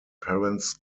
parents